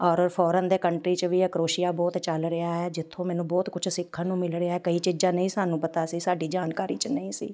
ਔਰ ਫੋਰਨ ਦੇ ਕੰਟਰੀ 'ਚ ਵੀ ਇਹ ਕਰੋਸ਼ੀਆ ਬਹੁਤ ਚੱਲ ਰਿਹਾ ਹੈ ਜਿੱਥੋਂ ਮੈਨੂੰ ਬਹੁਤ ਕੁਛ ਸਿੱਖਣ ਨੂੰ ਮਿਲ ਰਿਹਾ ਕਈ ਚੀਜ਼ਾਂ ਨਹੀਂ ਸਾਨੂੰ ਪਤਾ ਸੀ ਸਾਡੀ ਜਾਣਕਾਰੀ 'ਚ ਨਹੀਂ ਸੀ